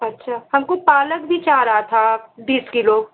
अच्छा हमको पालक भी चाह रही थी बीस किलो